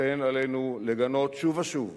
לכן עלינו לגנות שוב ושוב,